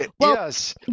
Yes